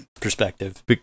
perspective